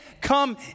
come